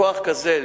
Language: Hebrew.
כוח כזה,